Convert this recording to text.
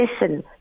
listen